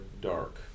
dark